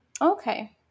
Okay